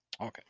Okay